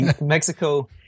Mexico